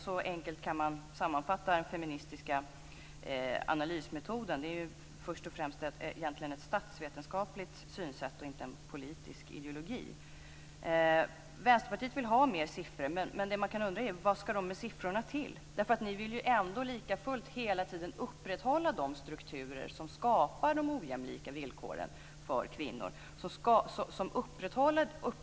Så enkelt kan man sammanfatta den feministiska analysmetoden. Det är egentligen först och främst ett statsvetenskapligt synsätt och inte en politisk ideologi. Vänsterpartiet vill ha fler siffror. Men man kan undra vad ni ska ha siffrorna till. Ni vill ju likafullt hela tiden upprätthålla de strukturer som skapar de ojämlika villkoren för kvinnor.